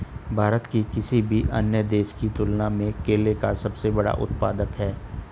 भारत किसी भी अन्य देश की तुलना में केले का सबसे बड़ा उत्पादक है